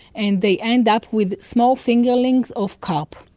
and they ended up with small fingerlings of carp.